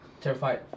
Terrified